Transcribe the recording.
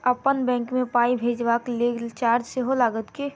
अप्पन बैंक मे पाई भेजबाक लेल चार्ज सेहो लागत की?